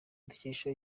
dukesha